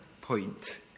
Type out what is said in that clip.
point